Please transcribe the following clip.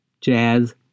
jazz